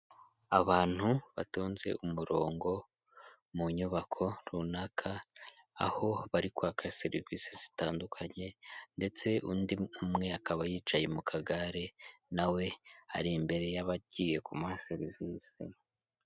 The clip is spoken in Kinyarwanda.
Abantu batonze umurongo mu nyubako runaka, aho bari kwaka serivisi zitandukanye ndetse undi umwe akaba yicaye mu kagare nawe ari imbere y'abagiye kumuha serivisi.